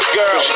girl